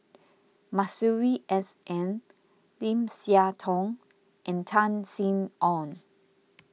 Masuri S N Lim Siah Tong and Tan Sin Aun